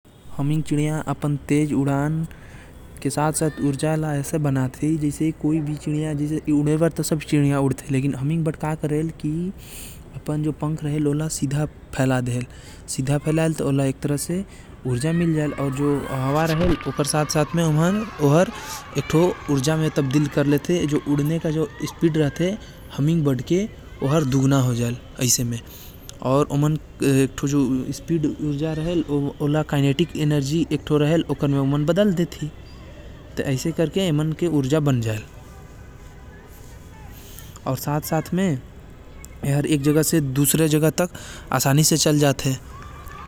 Humming bird हर हमेशा हवा के साथ जिधऱ हवा बहती है ओहि कती पंख को फैला कर उड़थे जो ओला कायनेटिक ऊर्जा प्रदान करथे जेकर वजह से ओकर स्थिरता अउ तेज़ गति बने रहेल।